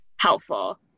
helpful